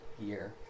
year